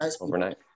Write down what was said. overnight